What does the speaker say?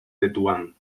tetuán